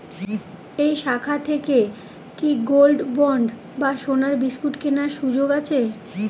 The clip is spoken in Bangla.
এই শাখা থেকে কি গোল্ডবন্ড বা সোনার বিসকুট কেনার সুযোগ আছে?